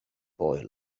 boy